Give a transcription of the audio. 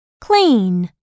Clean